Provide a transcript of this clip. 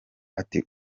ati